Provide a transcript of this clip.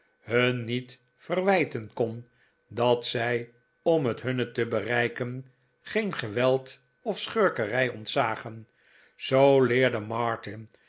hun niet verwijten kon dat zij om het hunne te bereiken geen geweld of schurkerij ontzagen zoo leerde martin